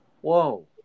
Whoa